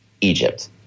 Egypt